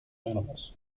animals